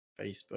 Facebook